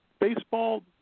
Baseball